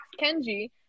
Kenji